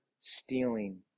stealing